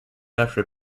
after